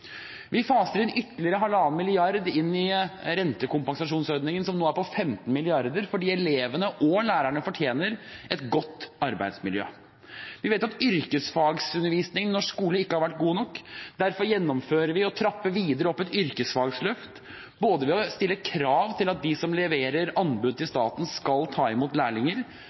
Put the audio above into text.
Vi faser ytterligere 1,5 mrd. kr inn i rentekompensasjonsordningen som nå er på 15 mrd. kr, fordi elevene og lærerne fortjener et godt arbeidsmiljø. Vi vet at yrkesfagsundervisningen i norsk skole ikke har vært god nok. Derfor gjennomfører vi og trapper videre opp et yrkesfagsløft, bl.a. ved å stille krav til at de som leverer anbud til staten, skal ta imot lærlinger,